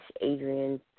adrian